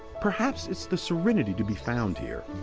perhaps it's the serenity to be found here.